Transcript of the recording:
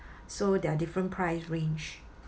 so there are different price range